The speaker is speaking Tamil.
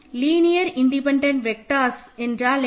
லீனியர் இன்டிபென்டன்ட் வெக்டர்ஸ் என்றால் என்ன